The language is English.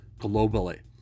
globally